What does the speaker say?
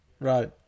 right